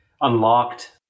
unlocked